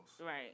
Right